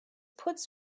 puts